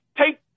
take